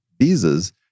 visas